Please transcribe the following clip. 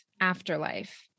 Afterlife